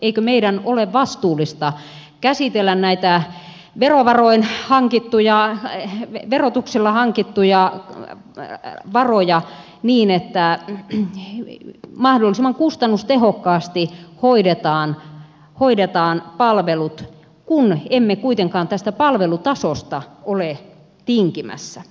eikö meidän ole vastuullista käsitellä näitä verotuksella hankittuja varoja niin että mahdollisimman kustannustehokkaasti hoidetaan palvelut kun emme kuitenkaan tästä palvelutasosta ole tinkimässä